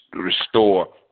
restore